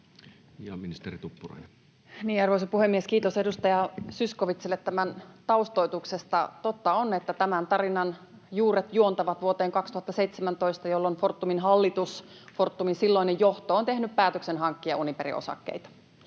Time: 16:53 Content: Arvoisa puhemies! Kiitos edustaja Zyskowiczille tämän taustoituksesta. Totta on, että tämän tarinan juuret juontavat vuoteen 2017, jolloin Fortumin hallitus, Fortumin silloinen johto, on tehnyt päätöksen hankkia Uniperin osakkeita.